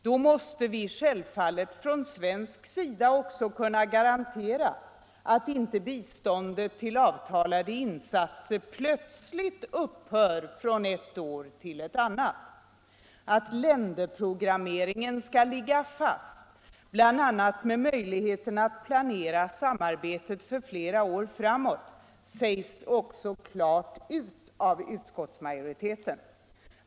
Då måste vi självfallet från svensk sida kunna garantera att inte biståndet till avtalade insatser plötsligt upphör från ett år till ett annat. Att länderprogrammeringen skall ligga fast, bl.a. med möjligheten att planera samarbetet för flera år framåt, sägs klart ut av utskottsmajoriteten.